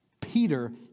Peter